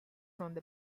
from